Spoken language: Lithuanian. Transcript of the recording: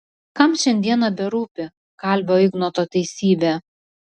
kam šiandieną berūpi kalvio ignoto teisybė